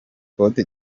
côte